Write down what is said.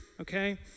okay